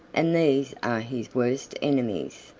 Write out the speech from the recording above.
and these are his worst enemies.